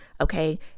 okay